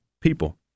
people